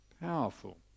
powerful